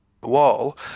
wall